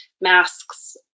masks